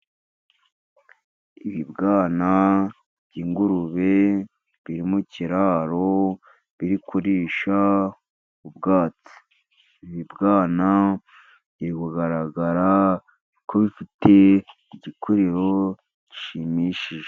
Ibibwana by'ingurube biri mu kiraro, biri kurisha ubwatsi. Ibibwana biri kugaragara ko bifite igikuriro gishimishije.